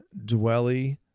Dwelly